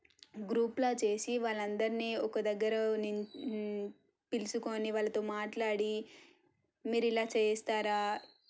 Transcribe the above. గ్రూప్లా చేసి వాళ్ళందరినీ ఒక దగ్గర పిలుచుకొని వాళ్ళతో మాట్లాడి మీరు ఇలా చేస్తారా